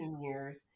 years